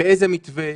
באיזה מתווה?